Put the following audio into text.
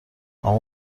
اما